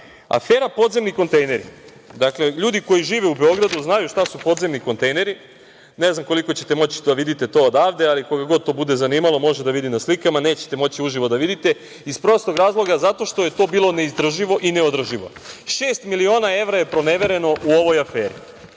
podzemni kontejneri. Dakle, ljudi koji žive u Beogradu, znaju šta su podzemni kontejneri. Ne znam koliko ćete moći da vidite odavde, ali koga god to bude zanimalo može da vidi na slikama, nećete moći uživo da vidite iz prostog razloga zato što je to bilo neizdrživo i neodrživo. Šest miliona evra je pronevereno u ovoj aferi.